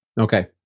Okay